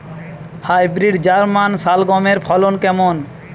Hybrid German শালগম এর ফলন কেমন?